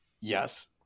yes